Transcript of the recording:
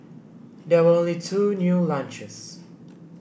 there were only two new launches